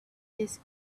this